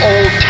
Old